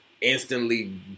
instantly